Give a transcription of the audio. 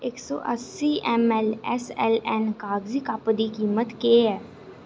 इक सौ अस्सी ऐम्मऐल्ल ऐस्सऐल्लऐन्न कागजी कप दी कीमत केह् ऐ